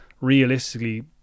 realistically